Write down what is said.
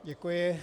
Děkuji.